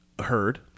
Heard